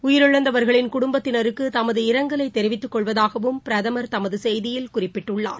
உயிரிழந்தவர்களின் குடும்பத்தினருக்குதமது இரங்கலைதெரிவித்துக் கொள்வதாகவும் பிரதமர் தமதுசெய்தியில் குறிப்பிட்டுள்ளார்